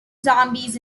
zombies